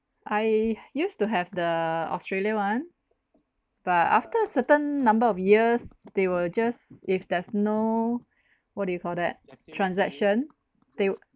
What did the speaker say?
I used to have the australian one but after a certain number of years they will just if there's no what do you call that transaction they